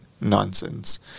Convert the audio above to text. nonsense